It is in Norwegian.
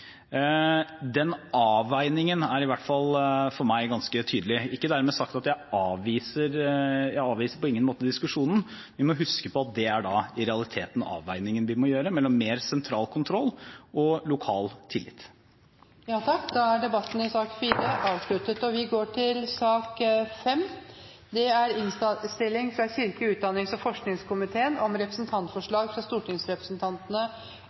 Den avveiningen er i hvert fall for meg ganske tydelig. Jeg avviser på ingen måte diskusjonen, men vi må huske på at det da i realiteten er en avveining vi må gjøre mellom mer sentral kontroll og lokal tillit. Da er debatten i sak nr. 4 avsluttet. Denne saken handler om et representantforslag om at Stortinget ber regjeringen utarbeide en systematisk og